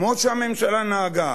כמו שהממשלה נהגה.